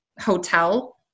hotel